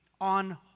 on